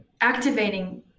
activating